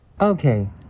Okay